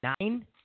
nine